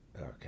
Okay